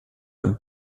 und